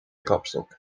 kapstok